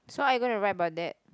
so are you going to write about that